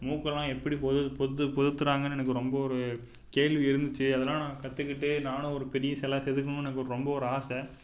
மூக்கெல்லாம் எப்படி பொது பொத்து பொருத்துகிறாங்கன்னு எனக்கு ரொம்ப ஒரு கேள்வி இருந்துச்சு அதெலாம் நான் கற்றுக்கிட்டு நானும் ஒரு பெரிய சில செதுக்கணுன்னு எனக்கு ரொம்ப ஒரு ஆசை